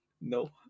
No